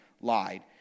lied